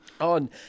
On